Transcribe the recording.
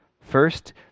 First